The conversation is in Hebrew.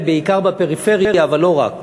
ראיתיו לפני כמה דקות.